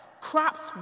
crops